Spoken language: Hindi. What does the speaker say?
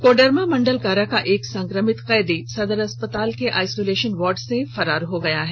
कोडरमा मंडल कारा का एक संक्रमित कैदी सदर अस्पताल के आइसोलेशन वार्ड से फरार हो गया है